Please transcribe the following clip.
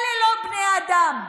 אלה לא בני אדם,